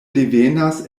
devenas